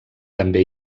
també